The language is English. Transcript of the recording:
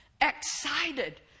excited